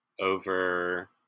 over